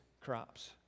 crops